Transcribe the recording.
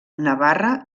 navarra